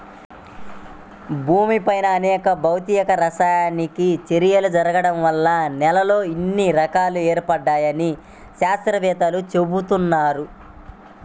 భూమిపైన అనేక భౌతిక, రసాయనిక చర్యలు జరగడం వల్ల నేలల్లో ఇన్ని రకాలు ఏర్పడ్డాయని శాత్రవేత్తలు చెబుతున్నారు